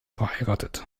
verheiratet